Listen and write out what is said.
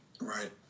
Right